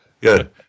good